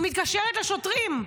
היא מתקשרת לשוטרים.